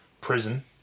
prison